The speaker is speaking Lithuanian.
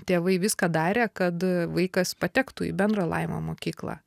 tėvai viską darė kad vaikas patektų į bendro lavinimo mokyklą